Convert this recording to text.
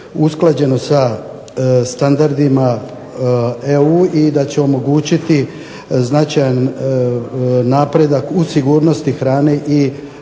usklađeno sa standardima EU i da će omogućiti značajan napredak u sigurnosti hrane i